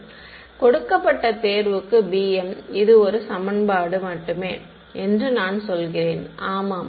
மாணவர் கொடுக்கப்பட்ட தேர்வுக்கு bm இது ஒரு சமன்பாடு மட்டுமே என்று நான் சொல்கிறேன் மாணவர் ஆமாம்